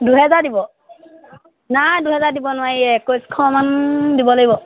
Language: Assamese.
দুহেজাৰ দিব নাই দুহেজাৰ দিব নোৱাৰি একৈছশমান দিব লাগিব